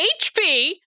HP